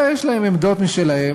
אלא יש להם עמדות משלהם,